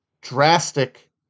drastic